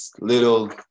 little